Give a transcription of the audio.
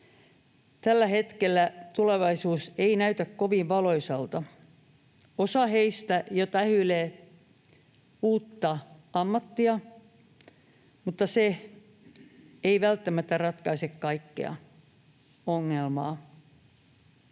Tällä hetkellä tulevaisuus ei näytä kovin valoisalta. Osa heistä jo tähyilee uutta ammattia, mutta se ei välttämättä ratkaise kaikkea ongelmaa.